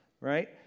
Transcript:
right